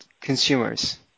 consumers